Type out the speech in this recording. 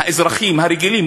האזרחים הרגילים,